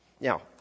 Now